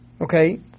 Okay